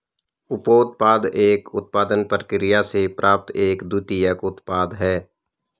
उपोत्पाद एक उत्पादन प्रक्रिया से प्राप्त एक द्वितीयक उत्पाद है